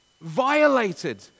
violated